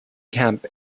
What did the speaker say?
camp